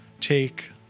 take